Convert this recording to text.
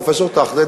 פרופסור טרכטנברג,